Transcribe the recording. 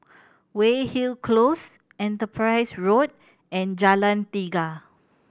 Weyhill Close Enterprise Road and Jalan Tiga